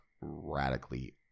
radically